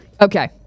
okay